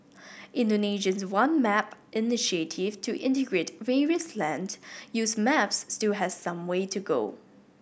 Indonesia's One Map initiative to integrate various land use maps still has some way to go